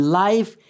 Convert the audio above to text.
life